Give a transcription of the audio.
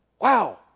Wow